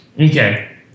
Okay